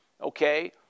okay